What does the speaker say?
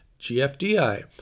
GFDI